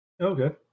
Okay